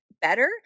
better